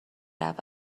رود